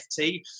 FT